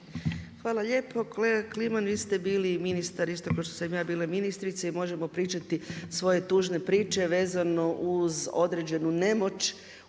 Hvala lijepo. Kolega Klima vi ste bili ministar isto ko što sam ja bila ministrica i možemo pričati svoje tužne priče vezano uz određenu nemoć